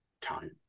time